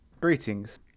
greetings